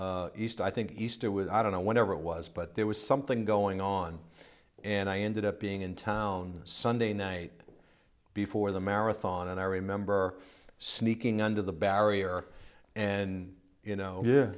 east i think easter with i don't know whatever it was but there was something going on and i ended up being in town sunday night before the marathon and i remember sneaking under the barrier and you know